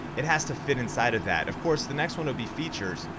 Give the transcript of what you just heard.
it has to fit inside of that. of course the next one would be features.